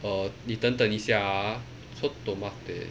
err 你等等一下 ah chotto matte